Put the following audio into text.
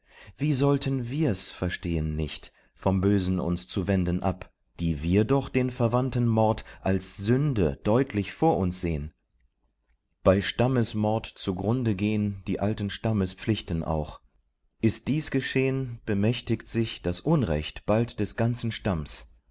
wie sollten wir's verstehen nicht vom bösen uns zu wenden ab die wir doch den verwandtenmord als sünde deutlich vor uns sehn bei stammesmord zu grunde gehn die alten stammespflichten auch ist dies geschehn bemächtigt sich das unrecht bald des ganzen stamms